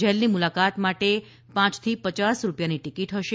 જેલની મુલાકાત માટે પાંચ થી પયાસ રૂપિયાની ટીકીટ હશે